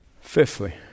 Fifthly